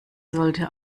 sollte